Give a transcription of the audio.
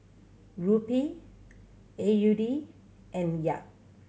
Rupee A U D and Kyat